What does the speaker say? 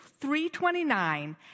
3.29